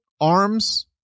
arms